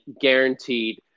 guaranteed